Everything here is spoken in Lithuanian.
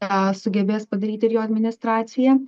tą sugebės padaryti ir jo administracija